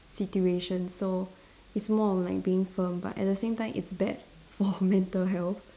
situation so it's more of like being firm but at the same time it's bad for mental health